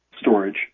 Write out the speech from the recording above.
storage